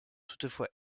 toutefois